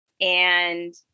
and-